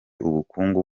ubukungu